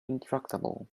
intractable